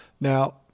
Now